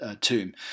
tomb